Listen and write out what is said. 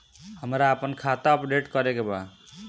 हमरा आपन खाता अपडेट करे के बा